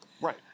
Right